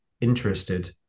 interested